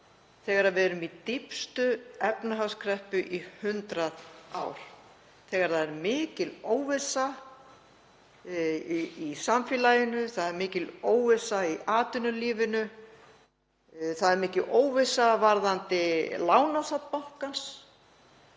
þegar við erum í dýpstu efnahagskreppu í 100 ár og það er mikil óvissa í samfélaginu. Það er mikil óvissa í atvinnulífinu. Það er mikil óvissa varðandi lánasafn bankans.